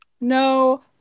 No